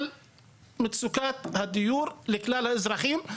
על מצוקת הדיור לכלל האזרחים.